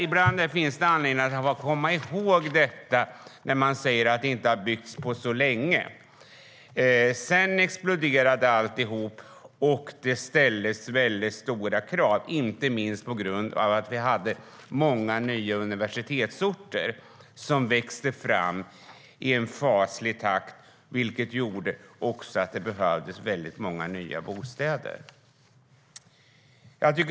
Ibland finns det anledning att komma ihåg detta när man säger att det inte har byggts på så länge. Sedan exploderade allt, och det ställdes mycket stora krav, inte minst på grund av att vi hade många nya universitetsorter som växte fram i snabb takt. Detta gjorde att det behövdes väldigt många nya bostäder.